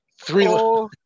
three